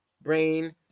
brain